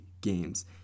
games